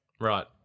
Right